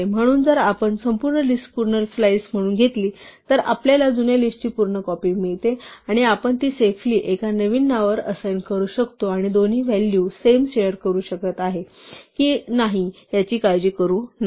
म्हणून जर आपण संपूर्ण लिस्ट पूर्ण स्लाईस म्हणून घेतली तर आपल्याला जुन्या लिस्टची पूर्ण कॉपी मिळते आणि आपण ती सेफली एका नवीन नावावर असाइन करू शकतो आणि दोन्ही व्हॅल्यू नेम शेअर करत आहे का याची काळजी करू नका